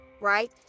right